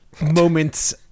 moments